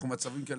אנחנו במצבים כאלה.